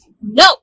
No